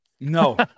No